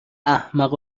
احمق